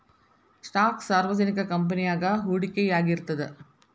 stock ಸಾರ್ವಜನಿಕ ಕಂಪನಿಯಾಗ ಹೂಡಿಕೆಯಾಗಿರ್ತದ